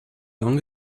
long